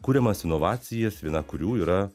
kuriamas inovacijas viena kurių yra